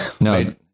no